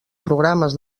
programes